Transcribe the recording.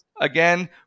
Again